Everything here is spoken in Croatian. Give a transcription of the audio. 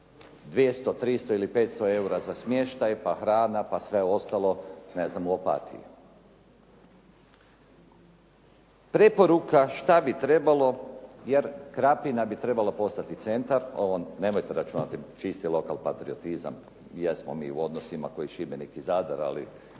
200, 300 ili 500 eura za smještaj pa hrana, pa sve ostalo, ne znam u Opatiji. Preporuka što bi trebalo jer Krapina bi trebala postati centar, ovo nemojte računati čisti lokal patriotizam jesmo mi u odnosima kao i Šibenik i Zadar. Ali